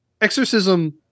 exorcism